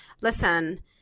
listen